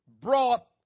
brought